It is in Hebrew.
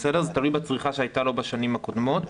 זה תלוי בצריכה שהייתה לו בשנים הקודמות.